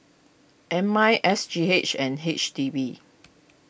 M I S G H and H D B